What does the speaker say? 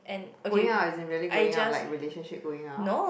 going out as in really going out like relationship going out